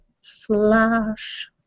Slash